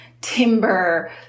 timber